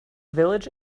village